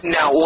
Now